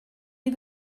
you